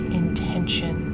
intention